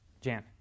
Jan